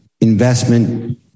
investment